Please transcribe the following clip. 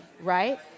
right